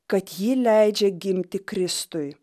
kad ji leidžia gimti kristui